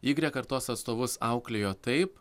igrek kartos atstovus auklėjo taip